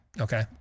okay